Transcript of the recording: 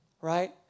right